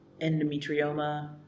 endometrioma